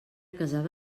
casada